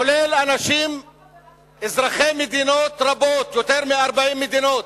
כולל אנשים אזרחי מדינות רבות, יותר מ-40 מדינות,